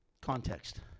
Context